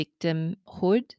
victimhood